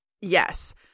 Yes